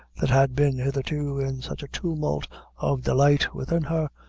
that had been hitherto in such a tumult of delight within her,